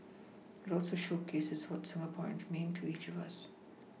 it also showcases what Singapore means to each of us